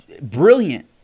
brilliant